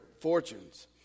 fortunes